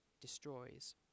destroys